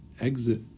exit